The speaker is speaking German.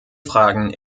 fragen